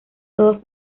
todos